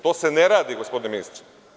To se ne radi, gospodine ministre.